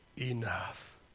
enough